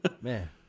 Man